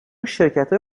شرکتهای